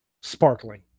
sparkling